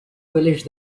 collège